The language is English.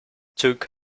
took